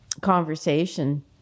conversation